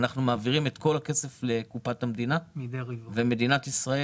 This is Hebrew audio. אנחנו מעבירים את כל הכסף לקופת המדינה ומדינת ישראל